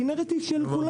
נכון, נכון, לפתוח נקודות.